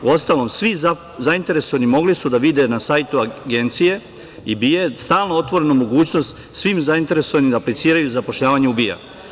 Uostalom, svi zainteresovani mogli su da vide na sajtu Agencije i BIA stalno otvorenu mogućnost svim zainteresovanim da apliciraju zapošljavanju BIA.